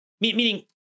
Meaning